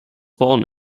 born